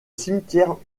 cimetière